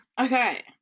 okay